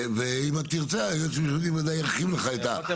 ואם תרצה היועץ המשפטי ירחיב לך על זה.